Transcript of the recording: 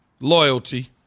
loyalty